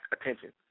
attention